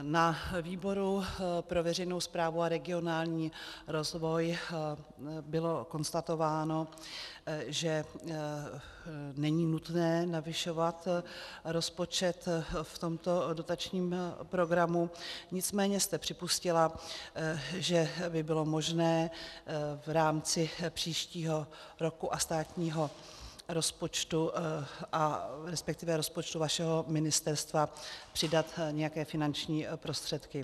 Na výboru pro veřejnou správu a regionální rozvoj bylo konstatováno, že není nutné navyšovat rozpočet v tomto dotačním programu, nicméně jste připustila, že by bylo možné v rámci příštího roku a státního rozpočtu, resp. rozpočtu vašeho ministerstva, přidat nějaké finanční prostředky.